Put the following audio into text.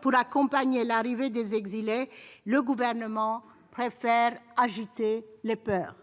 pour accompagner l'arrivée des exilés, le Gouvernement préfère agiter les peurs.